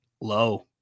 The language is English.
Low